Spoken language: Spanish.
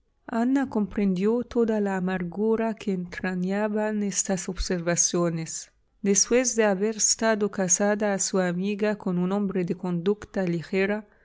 ana comprendió toda la amargura que entrañaban estas observaciones después de haber estado casada su amiga con un hombre de conducta ligera